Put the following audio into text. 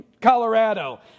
Colorado